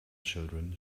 children